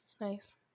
nice